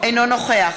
אינו נוכח